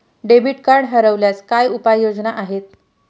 Debit card हरवल्यास काय उपाय योजना आहेत?